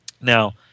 Now